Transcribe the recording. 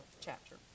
chapter